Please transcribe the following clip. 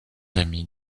amis